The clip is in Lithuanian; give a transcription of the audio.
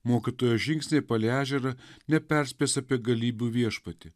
mokytojo žingsniai palei ežerą neperspės apie galybių viešpatį